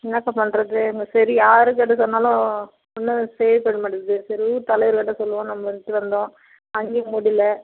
என்னக்கா பண்ணுறது இங்கே சரி யார் கிட்டே சொன்னாலும் ஒன்னும் செயல்படமாட்டேங்குது சரி ஊர் தலைவர் கிட்டே சொல்வோம் நம்மன்ட்டு வந்தோம் அங்கேயும் முடியல